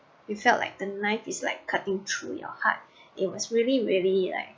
you felt like the knife is like cutting through your heart it was really really like